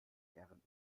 herren